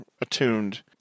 attuned